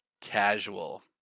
casual